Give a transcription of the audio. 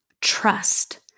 trust